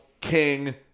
King